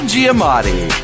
Giamatti